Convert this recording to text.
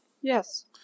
Yes